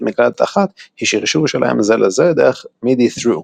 מקלדת אחת היא שרשור שלהם זה לזה דרך MIDI THRU,